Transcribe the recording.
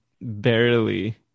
barely